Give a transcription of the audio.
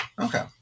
Okay